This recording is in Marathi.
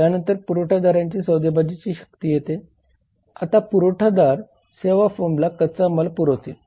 त्यानंतर पुरवठादारांची सौदेबाजी शक्ती येते आता पुरवठादार सेवा फर्मला कच्चा माल पुरवतील